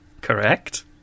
Correct